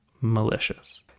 malicious